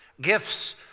Gifts